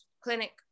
clinic